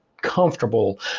comfortable